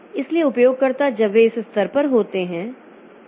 इसलिए उपयोगकर्ता जब वे इस स्तर पर होते हैं